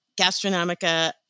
Gastronomica